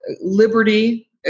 liberty